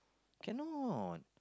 cannot